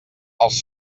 els